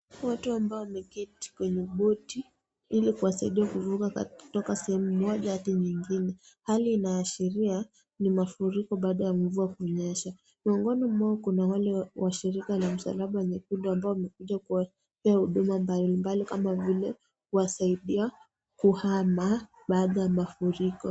Watu ambao wameketi kwenye boti ili kuwasaidia kuvuka kutoka sehemu moja hadi nyingine. Hali inaashiria ni mafuriko baada ya mvua kunyesha. Miongoni mwao, kuna wale wa shirika wa msalaba nyekundu ambao wamekuja kuwapea huduma mbalimbali kama vile, kuwasaidia kuhama baada ya mafuriko.